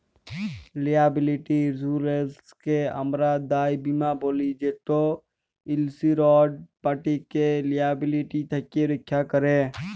liability ইলসুরেলসকে আমরা দায় বীমা ব্যলি যেট ইলসিওরড পাটিকে লিয়াবিলিটি থ্যাকে রখ্যা ক্যরে